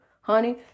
honey